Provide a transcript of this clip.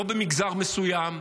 לא במגזר מסוים,